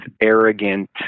arrogant